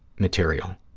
material.